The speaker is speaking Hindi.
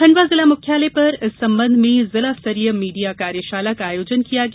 खंडवा जिला मुख्यालय पर इस संबंध में जिला स्तरीय मीडिया कार्यशाला का आयोजन किया गया